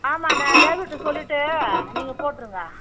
ஆமாண்ணா டிரைவர்கிட்ட சொல்லிவிட்டு நீங்கள் போட்டுருங்க